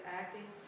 acting